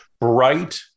bright